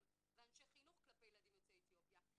ואנשי חינוך כלפי ילדים יוצאי אתיופיה.